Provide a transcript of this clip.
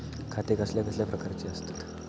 खाते कसल्या कसल्या प्रकारची असतत?